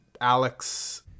Alex